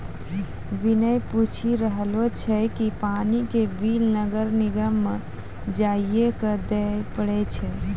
विनय पूछी रहलो छै कि पानी के बिल नगर निगम म जाइये क दै पड़ै छै?